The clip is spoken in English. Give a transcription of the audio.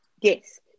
Yes